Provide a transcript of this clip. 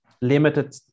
limited